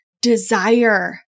desire